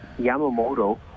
Yamamoto